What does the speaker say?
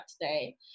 today